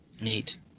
Neat